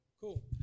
Cool